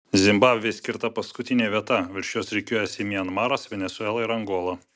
zimbabvei skirta paskutinė vieta virš jos rikiuojasi mianmaras venesuela ir angola